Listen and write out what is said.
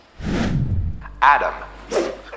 Adam